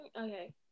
okay